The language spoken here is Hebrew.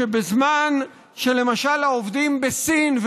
שבזמן שלמשל העובדים של חברת טבע בסין,